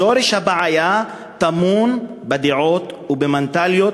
שורש הבעיה טמון בדעות ובמנטליות,